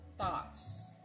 thoughts